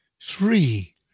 three